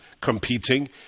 competing